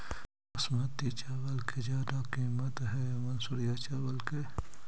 बासमती चावल के ज्यादा किमत है कि मनसुरिया चावल के?